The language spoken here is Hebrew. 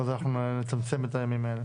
אנחנו נצמצם את הימים האלה.